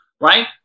right